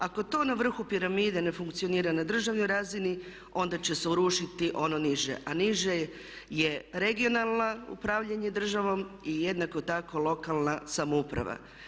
Ako to na vrhu piramide ne funkcionira na državnoj razini onda će se urušiti ono niže, a niže je regionalno upravljanje državom i jednako tako lokalna samouprava.